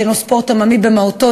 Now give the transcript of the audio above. שהנו ספורט עממי במהותו,